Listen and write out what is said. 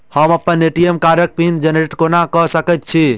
हम अप्पन ए.टी.एम कार्डक पिन जेनरेट कोना कऽ सकैत छी?